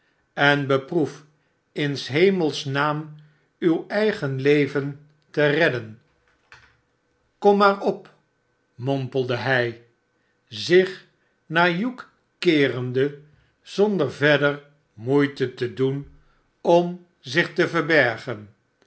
en beproef in s hemels naam uw eigen leven te redden kom maar op mompelde hij zich naar hugh keerende zonder verder moeite te doen om zieh te verbergen